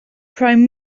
prime